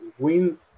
win